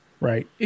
Right